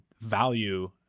value